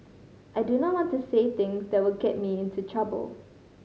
I do not want to say things that will get me into trouble